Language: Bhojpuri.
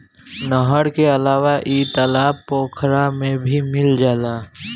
नहर के अलावा इ तालाब पोखरा में भी मिल जाला